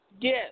Yes